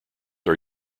are